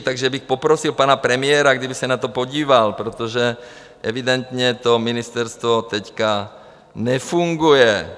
Takže bych poprosil pana premiéra, kdyby se na to podíval, protože evidentně to ministerstvo teďka nefunguje.